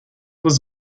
was